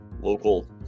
local